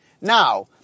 Now